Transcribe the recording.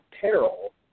peril